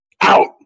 out